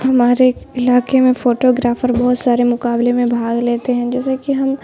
ہمارے علاقے میں فوٹو گرافر بہت سارے مقابلے میں بھاگ لیتے ہیں جیسے کہ ہم